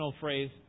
phrase